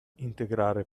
integrare